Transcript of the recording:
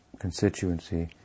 constituency